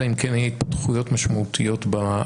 אלא אם כן יהיו התפתחויות משמעותיות במלחמה.